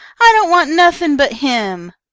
i don't want nothing but him.